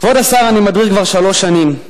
כבוד השר, אני מדריך כבר שלוש שנים.